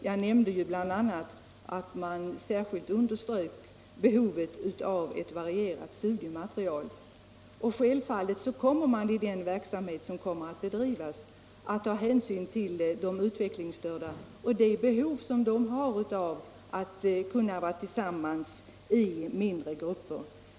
Jag nämnde bl.a. att man särskilt understryker behovet av ett varierat studiematerial. Självfallet kommer man i den verksamhet som skall bedrivas att ta hänsyn till de utvecklingsstörda och det behov som de har av att kunna vara tillsammans i mindre grupper.